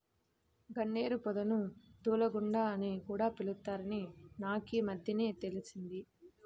గన్నేరు పొదను దూలగుండా అని కూడా పిలుత్తారని నాకీమద్దెనే తెలిసింది